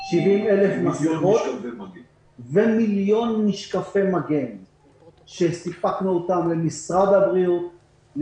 70,000 מסכות ומיליון משקפי מגן שסיפקנו למשרד הבריאות,